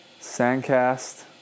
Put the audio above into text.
Sandcast